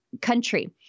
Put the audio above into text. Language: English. country